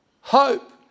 hope